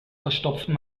verstopfen